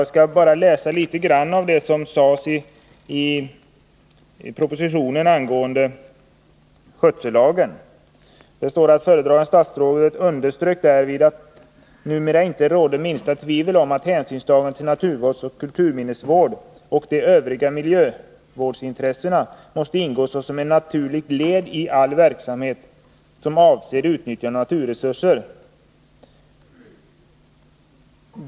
Jag skall bara läsa upp litet grand av det som sägs i betänkandet angående skötsellagen: ”Föredragande statsrådet underströk därvid att det numera inte råder minsta tvivel om att ett hänsynstagande till naturvårds-, kulturminnesvårdsoch de övriga miljövårdsintressena måste ingå som ett nödvändigt led i all verksamhet som avser utnyttjande av naturresurser.